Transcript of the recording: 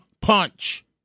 punch